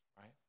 right